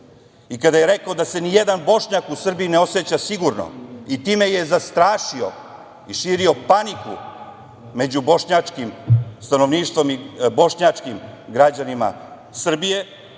i kada je rekao da se nijedan Bošnjak u Srbiji ne oseća sigurno i time je zastrašio i širio paniku među bošnjačkim stanovništvom i bošnjačkim građanima Srbije,